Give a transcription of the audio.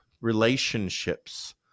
relationships